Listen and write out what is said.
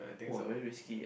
!wah! very risky eh